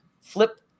flip